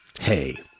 Hey